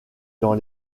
dans